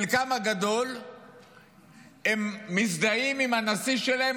חלקם הגדול מזדהים עם הנשיא שלהם,